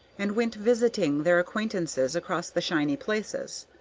and went visiting their acquaintances across the shiny places.